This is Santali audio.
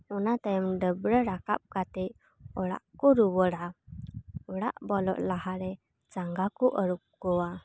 ᱚᱱᱟ ᱛᱟᱭᱚᱢ ᱰᱟᱹᱵᱨᱟᱹ ᱨᱟᱠᱟᱵ ᱠᱟᱛᱮᱜ ᱚᱲᱟᱜ ᱠᱚ ᱨᱩᱭᱟᱹᱲ ᱟ ᱚᱲᱟᱜ ᱵᱚᱞᱚᱜ ᱞᱟᱦᱟᱨᱮ ᱡᱟᱸᱜᱟ ᱠᱚ ᱟᱹᱨᱩᱵ ᱠᱚᱣᱟ